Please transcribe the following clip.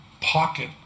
Pocket